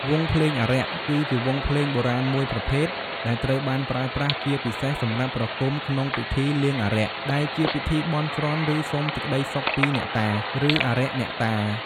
វង់ភ្លេងអារក្ស គឺជាវង់ភ្លេងបុរាណមួយប្រភេទដែលត្រូវបានប្រើប្រាស់ជាពិសេសសម្រាប់ប្រគំក្នុង ពិធីលៀងអារក្ស ដែលជាពិធីបន់ស្រន់ ឬសុំសេចក្ដីសុខពីអ្នកតា ឬអារក្សអ្នកតា។